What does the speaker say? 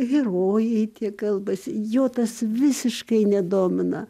herojai tie kalbasi jo tas visiškai nedomina